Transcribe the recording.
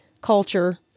culture